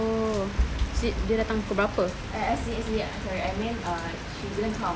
oh dia datang pukul berapa